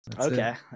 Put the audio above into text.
Okay